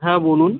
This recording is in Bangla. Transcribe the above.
হ্যাঁ বলুন